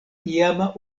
iama